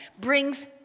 brings